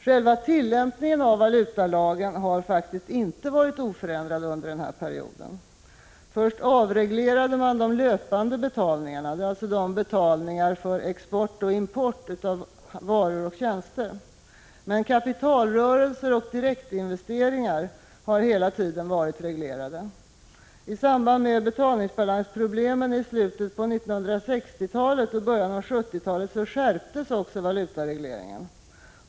Själva tillämpningen av valutalagen har emellertid inte varit oförändrad. Först avreglerades de löpande betalningarna — dvs. betalningar för export och import av varor och tjänster. Kapitalrörelser och direktinvesteringar har hela tiden varit reglerade. I samband med betalningsbalansproblemen i slutet av 1960-talet och början av 1970-talet skärptes valutaregleringen.